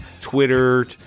twitter